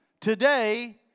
today